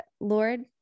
Lord